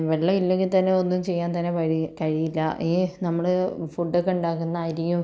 വെള്ളമില്ലെങ്കിൽ തന്നെ ഒന്നും ചെയ്യാൻ തന്നെ കഴിയി കഴിയില്ല ഈ നമ്മൾ ഫുഡൊക്കെ ഉണ്ടാക്കുന്ന അരിയും